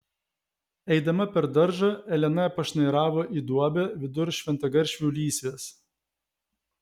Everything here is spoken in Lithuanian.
eidama per daržą elena pašnairavo į duobę vidur šventagaršvių lysvės